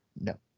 no